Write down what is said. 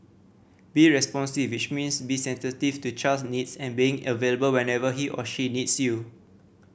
be responsive which means be sensitive to the child's needs and being available whenever he or she needs you